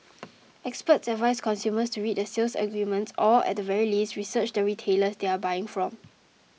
experts advise consumers to read the sales agreements or at the very least research the retailers they are buying from